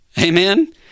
Amen